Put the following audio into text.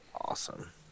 Awesome